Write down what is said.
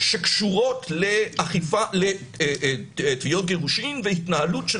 שקשורות לתביעות גירושין והתנהלות של